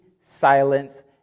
silence